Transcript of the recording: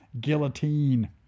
guillotine